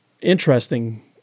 interesting